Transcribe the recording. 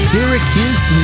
Syracuse